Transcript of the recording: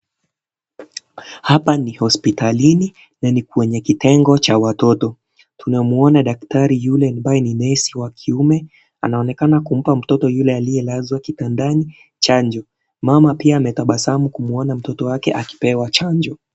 Hapa ni hospitalini na ni kwenye kitengo cha watoto. Tunamuona daktari yule ambaye ni nesi wa kiume anaonekana kumpa mtoto yule aliyelazwa kitandani chanjo, mama pia ametabasamiu kumuona mtoto wake akipewa chanjo.